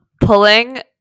pulling